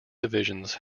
divisions